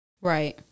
Right